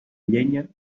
llenya